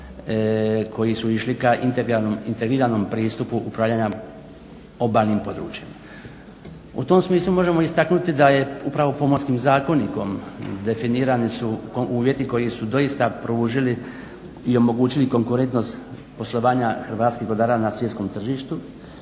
koji su išli ka integriranom pristupu upravljanja obalnim područjem. U tom smislu možemo istaknuti da je upravo Pomorskim zakonikom definirani su uvjeti koji su doista pružili i omogućili konkurentnost poslovanja hrvatskih brodara na svjetskom tržištu,